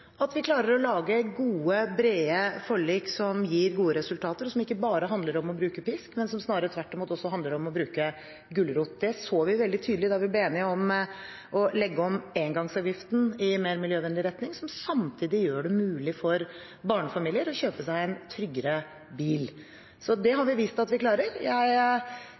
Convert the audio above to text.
at vi klarer å lage gode, brede forlik som gir gode resultater, og som ikke bare handler om å bruke pisk, men som snarere tvert imot også handler om å bruke gulrot. Det så vi veldig tydelig da vi ble enige om å legge om engangsavgiften i mer miljøvennlig retning, som samtidig gjør det mulig for barnefamilier å kjøpe seg en tryggere bil. Så det har vi vist at vi klarer. Jeg